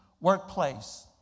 workplace